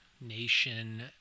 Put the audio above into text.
Nation